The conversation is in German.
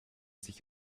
sich